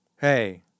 Hey